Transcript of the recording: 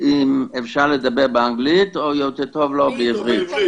אם אפשר לדבר באנגלית או יותר טוב בעברית?